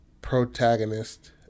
protagonist